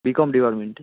BCom ডিপার্টমেন্টে